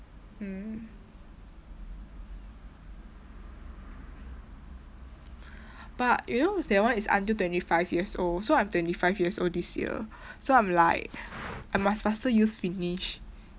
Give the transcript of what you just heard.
mm but you know that one is until twenty five years old so I'm twenty five years old this year so I'm like I must faster use finish